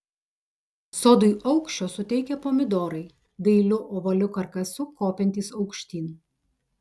sodui aukščio suteikia pomidorai dailiu ovaliu karkasu kopiantys aukštyn